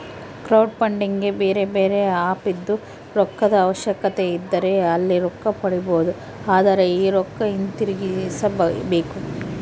ಕ್ರೌಡ್ಫಂಡಿಗೆ ಬೇರೆಬೇರೆ ಆಪ್ ಇದ್ದು, ರೊಕ್ಕದ ಅವಶ್ಯಕತೆಯಿದ್ದರೆ ಅಲ್ಲಿ ರೊಕ್ಕ ಪಡಿಬೊದು, ಆದರೆ ಈ ರೊಕ್ಕ ಹಿಂತಿರುಗಿಸಬೇಕು